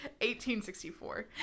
1864